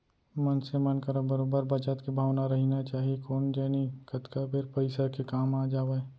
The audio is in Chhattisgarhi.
मनसे मन करा बरोबर बचत के भावना रहिना चाही कोन जनी कतका बेर पइसा के काम आ जावय